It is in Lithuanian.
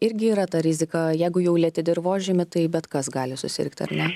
irgi yra ta rizika jeigu jau lieti dirvožemį tai bet kas gali susirgti ar ne